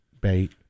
bait